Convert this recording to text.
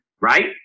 right